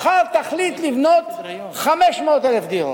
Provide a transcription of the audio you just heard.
מחר תחליט לבנות 500,000 דירות.